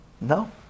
no